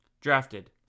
drafted